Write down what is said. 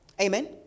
Amen